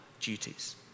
duties